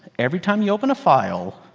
every time you open a file,